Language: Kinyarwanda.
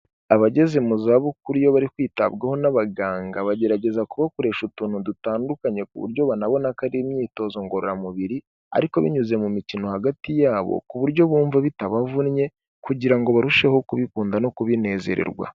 Abageze mu zabukuru iyo bari kwitabwaho n'abaganga bagerageza kubakoresha utuntu dutandukanye ku buryo banabona ko ari imyitozo ngororamubiri, ariko binyuze mu mikino hagati yabo ku buryo bumva bitabavunnye kugira ngo barusheho kubikunda no kubinezererwa.